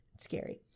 Scary